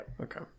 Okay